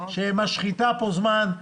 שמשחיתה פה זמן,